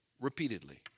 repeatedly